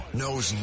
knows